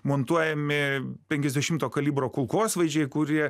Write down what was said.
montuojami penkiasdešimto kalibro kulkosvaidžiai kurie